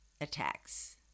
attacks